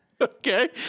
Okay